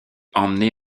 emmenés